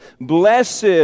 Blessed